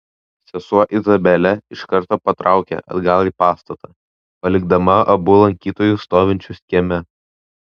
sesuo izabelė iš karto patraukė atgal į pastatą palikdama abu lankytojus stovinčius kieme